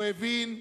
הוא הבין,